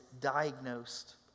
diagnosed